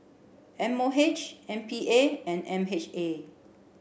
M O H M P A and M H A